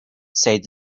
said